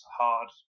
hard